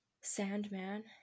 Sandman